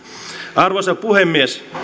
arvoisa puhemies